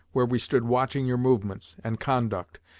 where we stood watching your movements, and conduct,